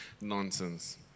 nonsense